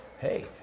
hey